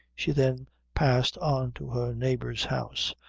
she then passed on to her neighbor's house,